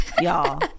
y'all